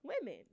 women